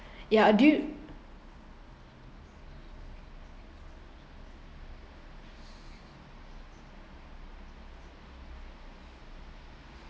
ya dude